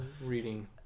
reading